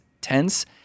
tense